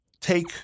take